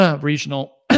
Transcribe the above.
regional